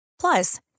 Plus